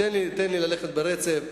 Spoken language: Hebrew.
תן לי ללכת ברצף.